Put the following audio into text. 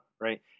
right